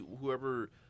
whoever